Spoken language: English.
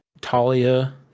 Talia